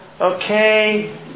okay